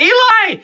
Eli